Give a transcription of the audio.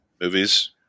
movies